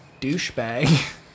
douchebag